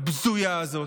הבזויה הזאת?